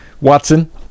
Watson